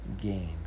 gain